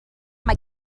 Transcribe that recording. mae